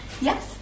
Yes